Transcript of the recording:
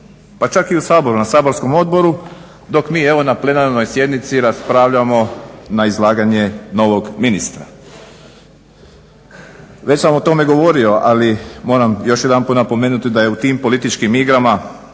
pa čak i u Saboru na saborskom odboru dok mi evo na plenarnoj sjednici raspravljamo na izlaganje novog ministra. Već sam o tome govorio ali moram još jedanput napomenuti da je u tim političkim igrama